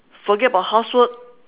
forget about housework